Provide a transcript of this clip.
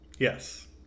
Yes